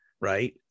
Right